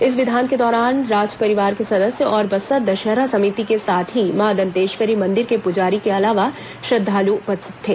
इस विधान के दौरान राज परिवार के सदस्य और बस्तर दशहरा समिति के साथ ही मां दंतेश्वरी मंदिर के पुजारी के अलावा श्रद्वालु उपस्थित थे